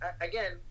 again